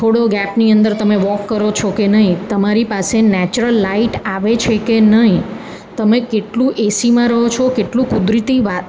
થોડો ગેપની અંદર તમે વોક કરો છો કે નહિ તમારી પાસે નેચરલ લાઇટ આવે છે કે નહિ તમે કેટલું એસીમાં રહો છો કેટલું કુદરતી